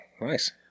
nice